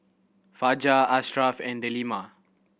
Fajar Ashraff and Delima